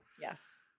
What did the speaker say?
Yes